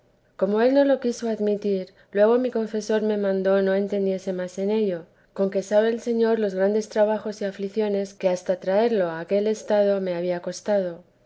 como él no lo quiso admitir luego mi confesor me mandó no entendiese más en ello con que sabe el señoríos grandes trabajos y aflicciones que hasta traerlo a aquel estado me había costado